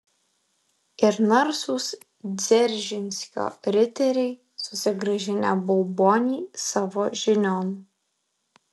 ir narsūs dzeržinskio riteriai susigrąžinę baubonį savo žinion